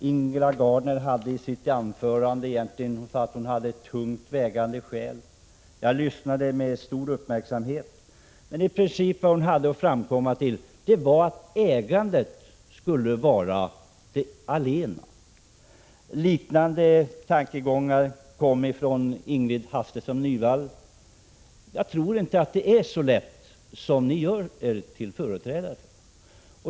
Ingela Gardner sade i sitt anförande att hon hade tungt vägande skäl. Jag lyssnade med stor uppmärksamhet. Men det hon kom fram till var i princip att ägandet skulle vara det allena rådande. Liknande tankegångar kom från Ingrid Hasselström Nyvall. Jag tror inte att det är så lätt som ni säger.